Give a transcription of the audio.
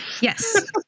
Yes